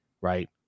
right